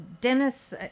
Dennis